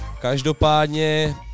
Každopádně